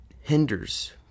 hinders